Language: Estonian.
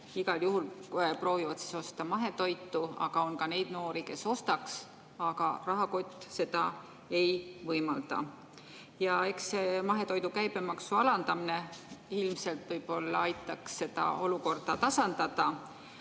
igal juhul proovivad osta mahetoitu, aga on ka neid noori, kes ostaks, aga rahakott seda ei võimalda. Eks see mahetoidu käibemaksu alandamine võib-olla aitaks seda olukorda tasandada. Aga